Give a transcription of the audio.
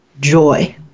joy